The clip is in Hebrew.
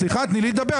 סליחה, תני לי לדבר.